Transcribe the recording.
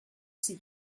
see